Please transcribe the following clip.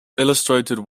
illustrated